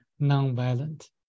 Nonviolent